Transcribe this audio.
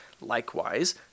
Likewise